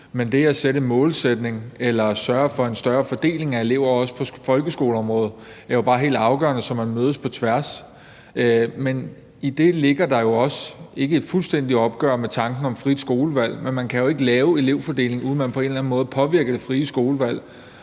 Men det at sætte en målsætning op eller at sørge for en fordeling af elever også på folkeskoleområdet er jo bare helt afgørende, så eleverne mødes på tværs. Men i det ligger der også om ikke et fuldstændigt opgør med tanken om et frit skolevalg så næsten, for man kan jo ikke lave en elevfordeling, uden at man på en eller anden måde påvirker det frie skolevalg.